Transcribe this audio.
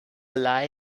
lie